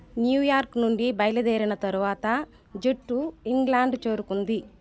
New York నుండి బయలుదేరిన తరువాత జట్టు ఇంగ్లాండ్ చేరుకుంది